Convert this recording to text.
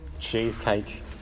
cheesecake